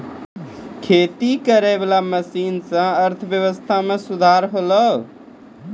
खेती करै वाला मशीन से अर्थव्यबस्था मे सुधार होलै